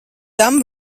tam